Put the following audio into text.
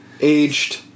aged